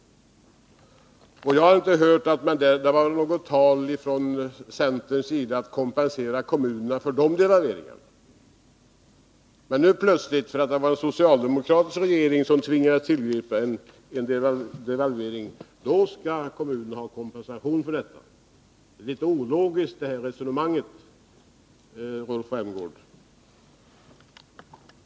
Jag har inte hört något tal från centerns sida om att kompensera kommunen för de devalveringarna. Men nu plötsligt — för att det var en socialdemokratisk regering som tvingades tillgripa en devalvering — skall kommunerna ha kompensation för detta. Det resonemanget är litet ologiskt, Rolf Rämgård.